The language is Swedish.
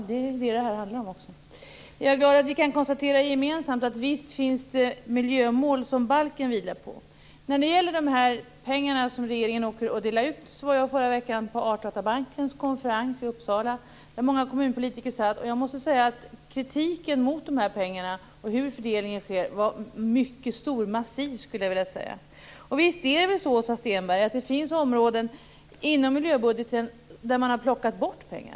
Herr talman! Det gör det här också. Jag är glad att vi gemensamt kan konstatera att det finns miljömål som balken vilar på. När det gäller de pengar som regeringen åker runt och delar ut var jag i förra veckan på Artdatabankens konferens i Uppsala. Många kommunpolitiker satt med, och jag måste säga att kritiken mot de här pengarna och hur fördelningen av dem sker var massiv. Visst är det väl så, Åsa Stenberg, att det finns områden inom miljöbudgeten där man har plockat bort pengar.